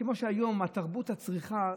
שהיום, בתרבות הצריכה,